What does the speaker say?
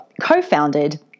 co-founded